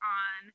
on